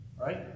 right